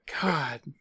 god